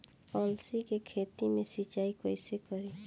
अलसी के खेती मे सिचाई कइसे करी?